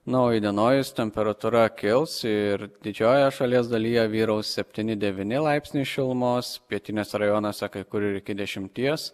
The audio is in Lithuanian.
na o įdienojus temperatūra kils ir didžiojoje šalies dalyje vyraus septyni devyni laipsniai šilumos pietiniuose rajonuose kai kur ir iki dešimties